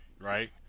right